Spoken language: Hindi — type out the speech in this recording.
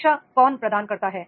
शिक्षा कौन प्रदान करता है